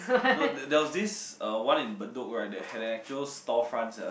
no there there was this uh one in Bedok right that had an actual store front ya